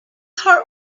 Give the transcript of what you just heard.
heart